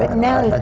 like now, and but